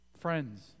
Friends